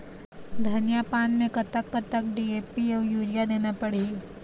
धनिया पान मे कतक कतक डी.ए.पी अऊ यूरिया देना पड़ही?